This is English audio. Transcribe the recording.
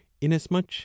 inasmuch